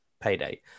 payday